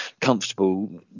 comfortable